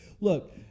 Look